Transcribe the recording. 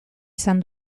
izan